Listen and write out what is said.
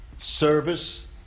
service